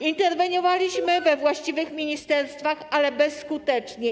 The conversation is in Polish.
Interweniowaliśmy we właściwych ministerstwach, ale bezskutecznie.